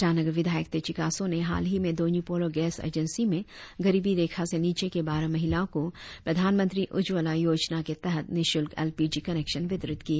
ईटानगर विधायक तेची कासो ने हाल ही में दोनी पोलो गैस एजेंसी में गरीबी रेखा से नीचे के बारह महिलाओं को प्रधानमंत्री उज्जवला योजना के तहत निशुल्क एल पी जी कनेक्शन वितरित किए